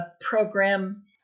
program